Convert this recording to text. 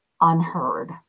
unheard